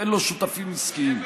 אין לו שותפים עסקיים.